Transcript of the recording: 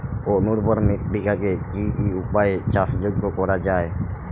অনুর্বর মৃত্তিকাকে কি কি উপায়ে চাষযোগ্য করা যায়?